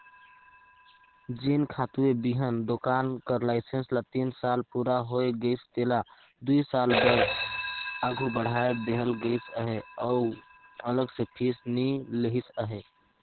जेन खातूए बीहन दोकान कर लाइसेंस ल तीन साल पूरा होए गइस तेला दुई साल बर आघु बढ़ाए देहल गइस अहे अउ अलग ले फीस नी लेहिस अहे